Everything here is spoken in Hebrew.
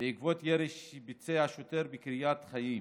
בעקבות ירי שביצע שוטר בקריית חיים.